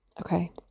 Okay